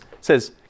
says